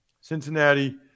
Cincinnati